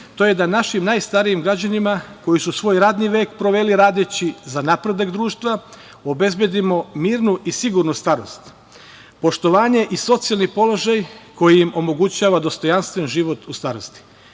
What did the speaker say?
To je da našim najstarijim građanima koji su svoj radni vek proveli radeći za napredak društva obezbedimo mirnu i sigurnu starost, poštovanje i socijalni položaj koji omogućava dostojanstven život u starosti.